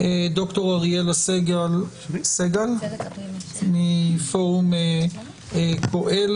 ד"ר אריאלה סגל מפורום קהלת,